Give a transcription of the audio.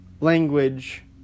language